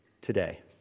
today